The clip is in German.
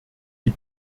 die